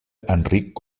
enric